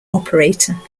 operator